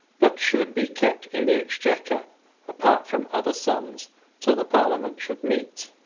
but should be kept in the exchequer apart from other sums till the parliament should meet.